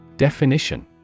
Definition